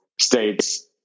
states